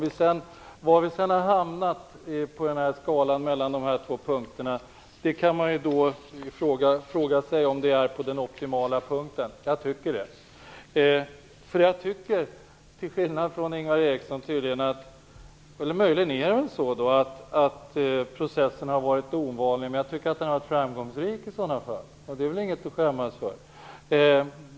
I frågan om vi har hamnat vid den optimala punkten på skalan mellan dessa två punkter vill jag säga att jag tycker att det är så. Möjligen har processen varit ovanlig, men jag tycker i så fall också att den har varit framgångsrik, och det är inget att skämmas för.